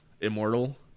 immortal